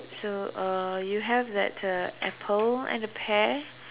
so uh you have that uh apple and a pear